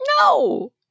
No